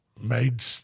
made